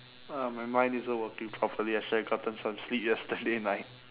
uh my mind isn't working properly I should have gotten some sleep yesterday night